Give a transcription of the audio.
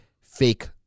fake